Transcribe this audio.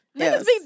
Yes